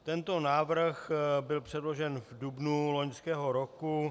Tento návrh byl předložen v dubnu loňského roku.